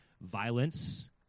violence